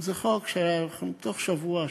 זה חוק שתוך שבוע,